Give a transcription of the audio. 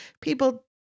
people